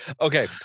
okay